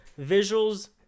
visuals